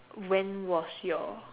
when was your